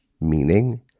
meaning